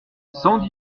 cent